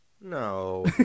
No